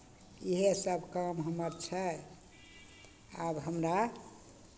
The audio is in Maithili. इएहसभ काम हमर छै आब हमरा